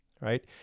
right